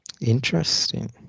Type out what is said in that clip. interesting